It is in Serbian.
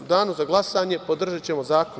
U danu za glasanje podržaćemo zakon.